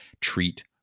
treat